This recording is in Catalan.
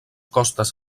costes